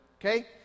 Okay